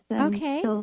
Okay